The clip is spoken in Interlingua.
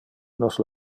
nos